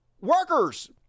workers